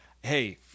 hey